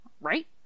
Right